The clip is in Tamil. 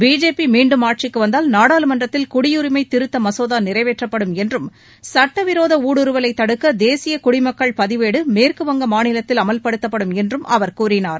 பிஜேபி மீன்டும் ஆட்சிக்கு வந்தால் நாடாளுமன்றத்தில் குடியுரிமை திருத்த மசோதா நிறைவேற்றப்படும் என்றும் சட்டவிரோத ஊடுருவலை தடுக்க தேசிய குடிமக்கள் பதிவேடு மேற்குவங்க மாநிலத்தில் அமல்படுத்தப்படும் என்றும் அவர் கூறினார்